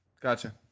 Gotcha